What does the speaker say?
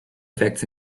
effects